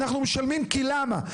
אנחנו משלמים כי למה?